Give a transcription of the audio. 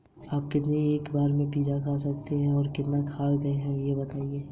गैर बैंकिंग वित्तीय संस्थान कितने प्रकार के होते हैं?